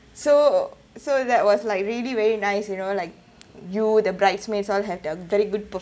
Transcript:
so so that was like really very nice you know like you the bridesmaids all have the very good